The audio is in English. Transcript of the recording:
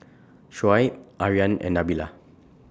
Shoaib Aryan and Nabila